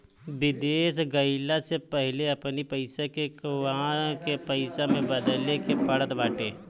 विदेश गईला से पहिले अपनी पईसा के उहवा के पईसा में बदले के पड़त बाटे